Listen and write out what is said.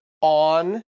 on